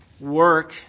work